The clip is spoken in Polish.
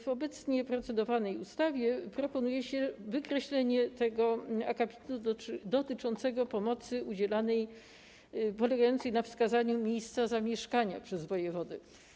W obecnie procedowanej ustawie proponuje się wykreślenie tego akapitu dotyczącego pomocy bazującej na wskazaniu miejsca zamieszkania przez wojewodę.